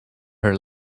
her